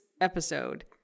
episode